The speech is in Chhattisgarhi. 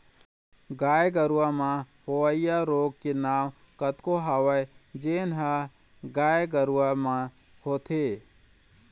गाय गरूवा म होवइया रोग के नांव कतको हवय जेन ह गाय गरुवा म होथे